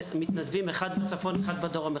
אחד בצפון ואחד בדרום.